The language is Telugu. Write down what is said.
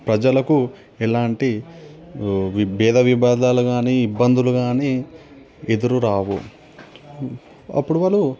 ప్రజలకు ఎలాంటి భేద విభేదాలు కానీ ఇబ్బందులు కానీ ఎదురురావు అప్పుడు వాళ్ళు